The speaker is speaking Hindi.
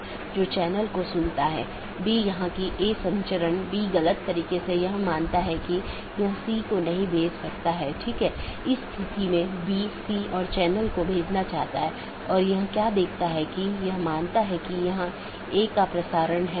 अब मैं कैसे एक मार्ग को परिभाषित करता हूं यह AS के एक सेट द्वारा परिभाषित किया गया है और AS को मार्ग मापदंडों के एक सेट द्वारा तथा गंतव्य जहां यह जाएगा द्वारा परिभाषित किया जाता है